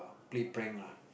play prank ah